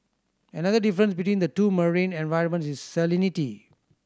another difference between the two marine environments is salinity